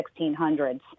1600s